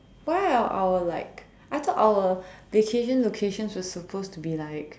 why are our like I thought our vacation location is supposed to be like